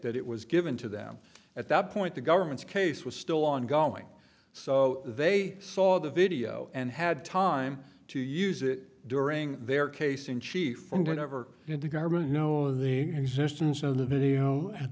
that it was given to them at that point the government's case was still ongoing so they saw the video and had time to use it during their case in chief and whenever the government know of the existence of the video at